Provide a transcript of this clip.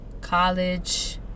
college